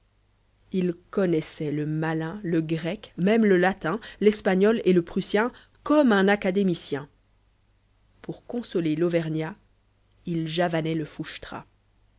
il connaissait le malin le grec même le latin l'espagnol et le prussien comme un académicien pour consoler l'auvergnat il javanait le